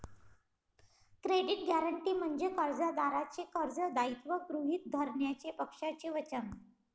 credit guarantee म्हणजे कर्जदाराचे कर्ज दायित्व गृहीत धरण्याचे पक्षाचे वचन